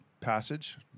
passage